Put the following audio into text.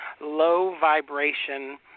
low-vibration